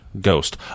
Ghost